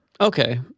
Okay